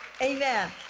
Amen